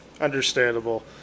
Understandable